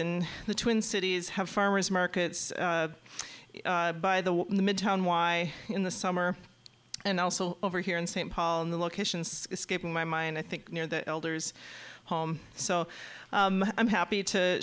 in the twin cities have farmers markets by the midtown why in the summer and also over here in st paul in the locations escaping my mind i think near the elders home so i'm happy to